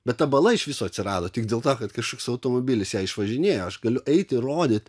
bet ta bala iš viso atsirado tik dėl to kad kažkoks automobilis ją išvažinėjo aš galiu eiti rodyti